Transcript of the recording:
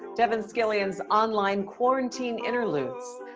devin scillian's online quarantine interludes.